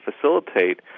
facilitate